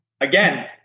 again